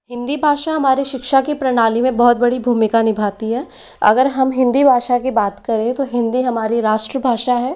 हिंदी भाषा हमारे शिक्षा की प्रणाली में बहुत बड़ी भूमिका निभाती है अगर हम हिंदी भाषा की बात करें तो हिंदी हमारी राष्ट्र भाषा है